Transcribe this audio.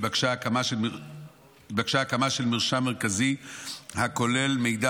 התבקשה הקמה של מרשם מרכזי הכולל מידע